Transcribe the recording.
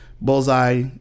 Bullseye